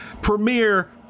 premiere